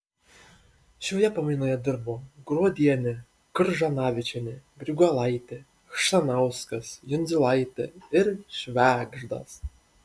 šioje pamainoje dirbo gruodienė kržanavičienė griguolaitė chšanauskas jundzilaitė ir švegždas